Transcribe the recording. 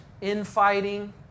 infighting